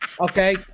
Okay